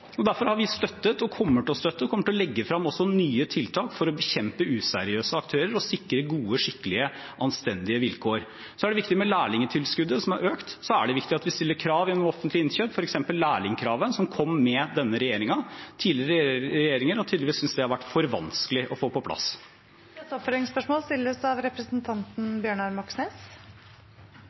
Derfor har vi støttet, kommer til å støtte og kommer også til å legge frem nye tiltak for å bekjempe useriøse aktører og sikre gode, skikkelige, anstendige vilkår. Så er det viktig med lærlingtilskuddet, som har økt, og det er viktig at vi stiller krav gjennom offentlige innkjøp, f.eks. lærlingkravet, som kom med denne regjeringen. Tidligere regjeringer har tydeligvis syntes det har vært for vanskelig å få på plass. Bjørnar Moxnes – til oppfølgingsspørsmål.